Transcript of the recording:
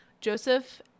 Joseph